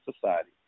society